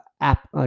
app